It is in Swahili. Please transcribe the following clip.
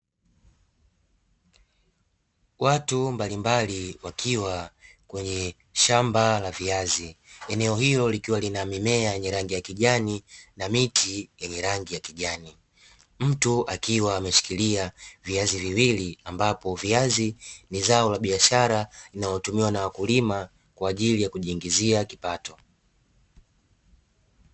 Watu mbalimbali wakiwa kwenye shamba la viazi, eneo hilo likiwa lina mimea lenye rangi ya kijani na miti yenye rangi ya kijani, mtu akiwa ameshikilia viazi viwili ambapo viazi ni zao la biashara linalotumiwa na wakulima kwa ajili ya kujiingizia kipato.